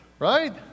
Right